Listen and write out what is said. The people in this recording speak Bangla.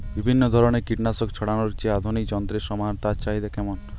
বিভিন্ন ধরনের কীটনাশক ছড়ানোর যে আধুনিক যন্ত্রের সমাহার তার চাহিদা কেমন?